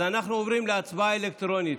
אז אנחנו עוברים להצבעה אלקטרונית.